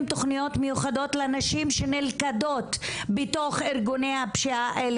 תוכניות מיוחדות לנשים שנלכדות בתוך ארגוני הפשיעה או